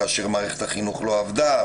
כאשר מערכת החינוך לא עבדה,